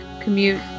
Commute